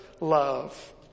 love